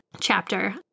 chapter